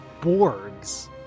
Borgs